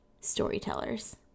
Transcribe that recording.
storytellers